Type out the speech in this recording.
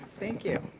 thank you.